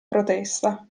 protesta